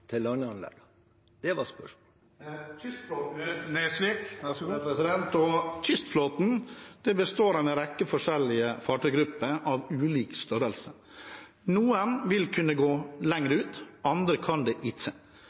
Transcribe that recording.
Kystflåten består av en rekke forskjellige fartøygrupper av ulik størrelse. Noen vil kunne gå lenger ut, andre kan det ikke. Når vi ser på leveringene fra torsketrålerne, de større trålerne: Jeg har nettopp sagt at de i